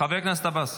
חבר הכנסת איימן עודה.